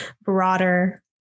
broader